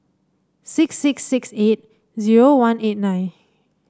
six six six eight zero one eight nine